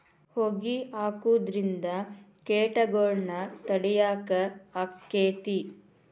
ಹೊಗಿ ಹಾಕುದ್ರಿಂದ ಕೇಟಗೊಳ್ನ ತಡಿಯಾಕ ಆಕ್ಕೆತಿ?